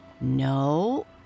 No